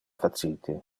facite